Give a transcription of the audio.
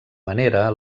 manera